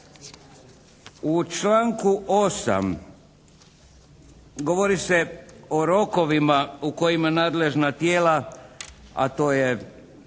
U članku 8. govori se o rokovima u kojima nadležna tijela, a to je